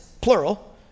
plural